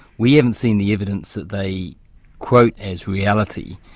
we haven't seen the evidence that they quote as reality,